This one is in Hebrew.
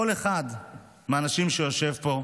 כל אחד מהאנשים שיושבים פה,